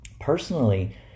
Personally